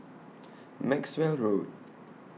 Maxwell Road